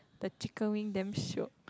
the chicken wing damn shiok